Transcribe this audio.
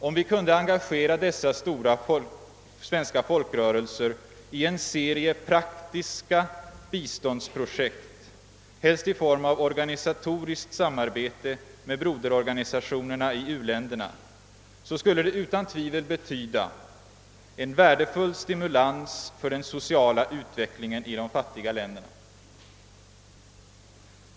Om vi kunde engagera dessa stora svenska folkrörelser i en serie praktiska biståndsprojekt — helst i form av organisatoriskt samarbete med broderorganisationer i uländerna — skulle det utan tvivel betyda en värdefull stimulans för den sociala utvecklingen i de fattiga länderna.